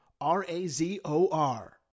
R-A-Z-O-R